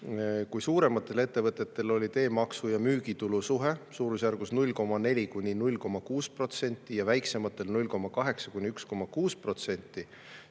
Kui suurematel ettevõtetel oli teemaksu ja müügitulu suhe suurusjärgus 0,4–0,6% ja väiksematel 0,8–1,6%,